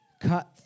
cut